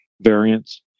variants